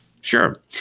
Sure